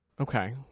Okay